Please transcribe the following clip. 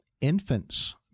infants